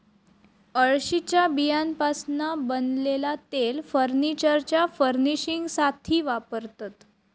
अळशीच्या बियांपासना बनलेला तेल फर्नीचरच्या फर्निशिंगसाथी वापरतत